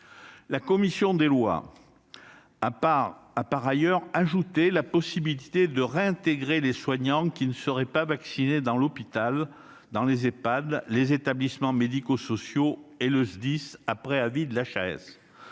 La commission des lois a par ailleurs ajouté la possibilité de réintégrer les soignants qui ne seraient pas vaccinés dans l'hôpital, dans les Ehpad, dans les établissements médicaux sociaux, ainsi que dans les services